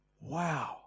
Wow